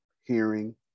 hearing